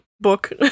book